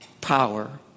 power